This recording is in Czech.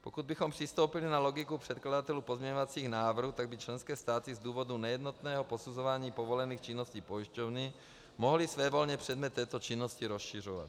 Pokud bychom přistoupili na logiku předkladatelů pozměňovacích návrhů, tak by členské státy z důvodu nejednotného posuzování povolených činností pojišťovny mohly svévolně předmět této činnosti rozšiřovat.